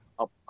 Up